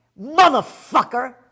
motherfucker